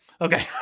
okay